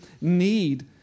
need